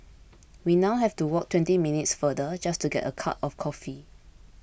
we now have to walk twenty minutes farther just to get a cup of coffee